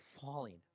falling